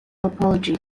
apology